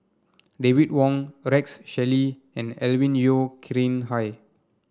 David Wong Rex Shelley and Alvin Yeo Khirn Hai